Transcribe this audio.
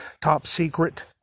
top-secret